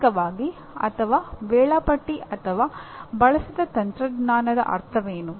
ಆರ್ಥಿಕವಾಗಿ ಅಥವಾ ವೇಳಾಪಟ್ಟಿ ಅಥವಾ ಬಳಸಿದ ತಂತ್ರಜ್ಞಾನದ ಅರ್ಥವೇನು